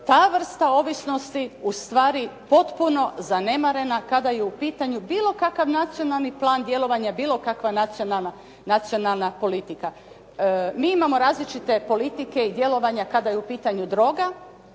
ta vrsta ovisnosti ustvari potpuno zanemarena kada je u pitanju bilo kakav nacionalni plan djelovanja, bilo kakva nacionalna politika. Mi imamo različite politike i djelovanja kada je u pitanju droga,